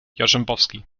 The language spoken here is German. jarzembowski